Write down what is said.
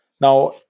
Now